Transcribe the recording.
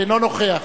אינו נוכח.